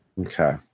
Okay